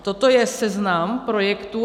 Toto je seznam projektů.